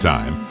Time